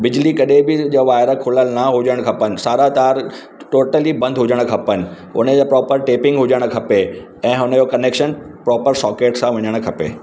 बिजली कॾहिं बि जा वायर खुलियल न हुजणु खपनि सारा तार टोटली बंदि हुजणु खपनि उन जा प्रॉपर टेपिंग हुजणु खपे ऐं हुन जो कनैक्शन प्रॉपर सॉकेट सां हुजणु खपे